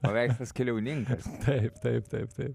paveikslas keliauninkas taip taip taip taip